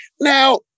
Now